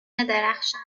درخشان